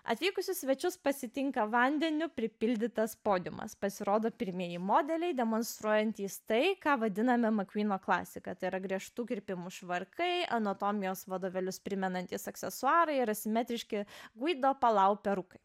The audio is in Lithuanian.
atvykusius svečius pasitinka vandeniu pripildytas podiumas pasirodo pirmieji modeliai demonstruojantys tai ką vadiname makvyno klasika tai yra griežtų kirpimų švarkai anatomijos vadovėlius primenantys aksesuarai ir asimetriški guido palau perukai